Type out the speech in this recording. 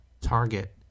target